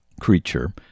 creature